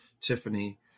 Tiffany